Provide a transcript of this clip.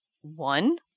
one